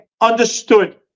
understood